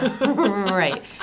Right